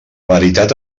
veritat